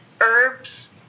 herbs